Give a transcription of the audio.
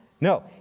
no